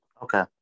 Okay